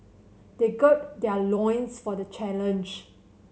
they gird their loins for the challenge